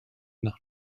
noch